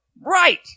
right